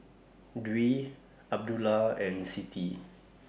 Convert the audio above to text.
Dwi Abdullah and Siti